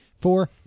four